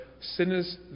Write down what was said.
sinners